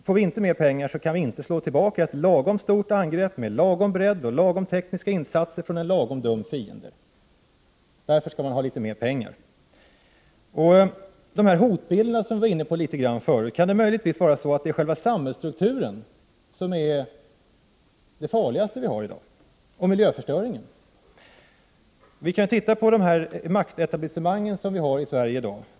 Får vi inte mera pengar skall vi inte kunna slå tillbaka ett lagom stort angrepp med lagom bredd, lagom tekniska insatser från en lagom dum fiende. Därför skall man ha litet mer pengar. Apropå den hotbild som jag var inne på tidigare undrar jag om det möjligen kan vara så att själva samhällsstrukturen och miljöförstöringen är det farligaste vi har i dag. Låt oss se på de maktetablissemang som vi har i dag i Sverige.